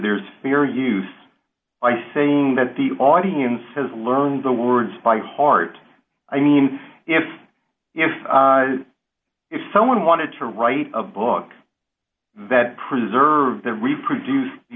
there's fear use by saying that the audience has learned the words by heart i mean if if if someone wanted to write a book that preserved their reproduce